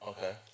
Okay